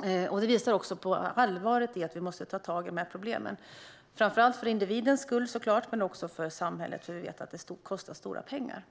Detta visar också på allvaret i dessa problem och att vi måste ta tag i dem, framför allt för individens skull men också för samhällets skull eftersom vi vet att de kostar stora pengar.